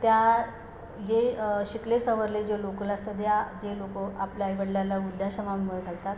त्या जे शिकले सवरलेले जे लोकल असतात त्या जे लोक आपल्या आईवडिल्याला वृद्धाश्रमामुळे घालतात